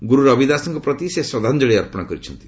ଗୁରୁ ରବି ଦାସଙ୍କ ପ୍ରତି ସେ ଶ୍ରଦ୍ଧାଞ୍ଜଳି ଅର୍ପଣ କରିଛନ୍ତି